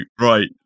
Right